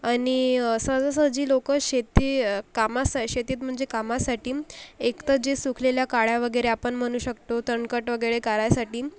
आणि सहजासहजी लोकं शेती कामासा शेतीत म्हणजे कामासाठी एकतर जे सुकलेल्या काड्या वगैरे आपण म्हणू शकतो तनकट वगैरे काढायसाठी